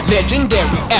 Legendary